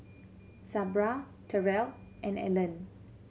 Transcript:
Sabra Terrell and Ellen